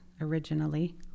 originally